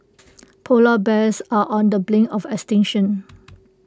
Polar Bears are on the brink of extinction